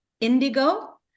indigo